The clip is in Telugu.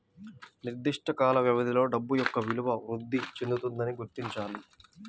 నిర్దిష్ట కాల వ్యవధిలో డబ్బు యొక్క విలువ వృద్ధి చెందుతుందని గుర్తించాలి